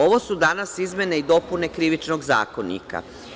Ovo su danas izmene i dopune Krivičnog zakonika.